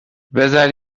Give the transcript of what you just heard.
بزار